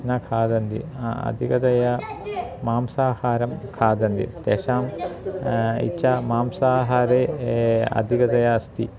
न खादन्ति अधिकतया मांसाहारं खादन्ति तेषाम् इच्छा मांसाहारे अधिकतया अस्ति